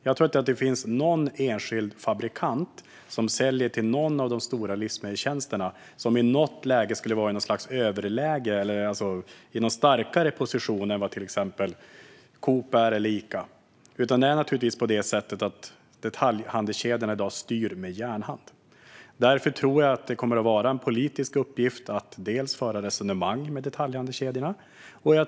Jag tror inte att det finns någon enskild fabrikant som säljer till någon av de stora livsmedelstjänsterna som i något läge skulle vara i ett överläge eller i en starkare position än vad till exempel Coop eller Ica är. Detaljhandelskedjorna styr i dag med järnhand. Jag tror därför att det är en politisk uppgift att föra resonemang med detaljhandelskedjorna.